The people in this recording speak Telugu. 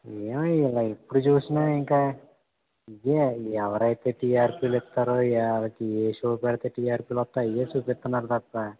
ఏమో ఈడ ఎప్పుడు చూసినా ఇంక ఇదే ఎవరైతే టిఆర్పిలు ఇత్తారో వాళ్లకి ఏ షోలు పెడితే టిఆర్పిలు వస్తాయ్ అవే చూపిస్తున్నారు తప్పా